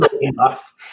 enough